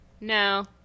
No